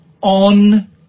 on